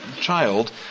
child